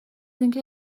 اینکه